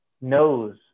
knows